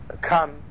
come